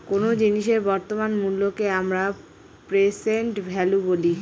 কোন জিনিসের বর্তমান মুল্যকে আমরা প্রেসেন্ট ভ্যালু বলি